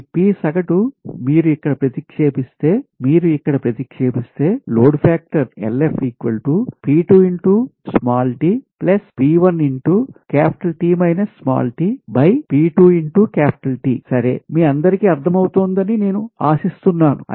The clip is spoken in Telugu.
ఈ P సగటు మీరు ఇక్కడ ప్రతిక్షేపిస్తే మీరు ఇక్కడ ప్రతిక్షేపిస్తే లోడ్ ఫాక్టర్ సరే మీ అందరికీ అర్ధమవుతోందని నేను ఆశిస్తున్నాను